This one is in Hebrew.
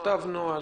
נכתב נוהל?